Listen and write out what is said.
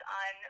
on